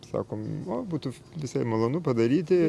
sakom nu būtų visai malonu padaryti